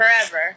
Forever